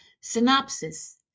synopsis